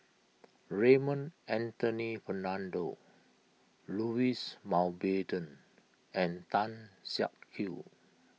Raymond Anthony Fernando Louis Mountbatten and Tan Siak Kew